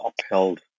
upheld